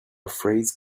phrase